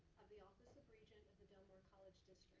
of the office of regent of the del mar college district.